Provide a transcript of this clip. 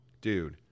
dude